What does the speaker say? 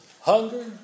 hunger